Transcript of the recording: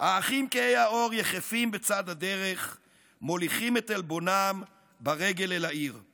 "האחים כהי העור יחפים בצד הדרך / מוליכים את עלבונם ברגל אל העיר /